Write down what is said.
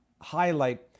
highlight